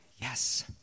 Yes